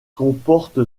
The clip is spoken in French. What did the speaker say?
comporte